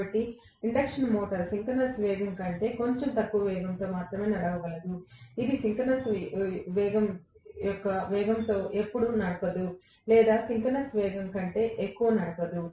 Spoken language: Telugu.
కాబట్టి ఇండక్షన్ మోటారు సింక్రోనస్ వేగం కంటే కొంచెం తక్కువ వేగంతో మాత్రమే నడపగలదు ఇది సింక్రోనస్ వేగం యొక్క వేగంతో ఎప్పుడూ నడపదు లేదా సింక్రోనస్ వేగం కంటే ఎక్కువ నడపదు